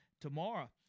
tomorrow